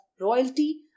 royalty